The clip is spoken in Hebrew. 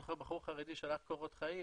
אני זוכר שפעם בחור חרדי שלח קורות חיים